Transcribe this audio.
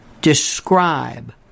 describe